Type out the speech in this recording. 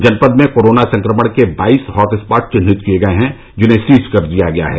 जनपद में कोरोना संक्रमण के बाईस हॉटस्पॉट चिन्हित किए गए हैं जिन्हें सीज कर दिया गया है